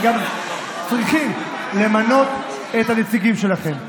וגם צריכים למנות את הנציגים שלכם,